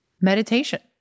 meditation